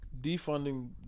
defunding